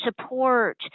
support